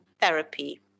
therapy